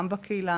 גם בקהילה.